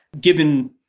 given